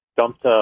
dumped